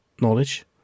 knowledge